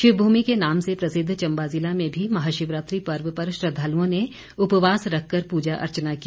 शिव भूमि के नाम से प्रसिद्ध चंबा जिला में भी महाशिवरात्रि पर्व पर श्रद्वालुओं ने उपवास रखकर पूजा अर्चना की